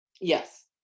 Yes